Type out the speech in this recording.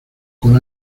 con